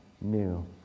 new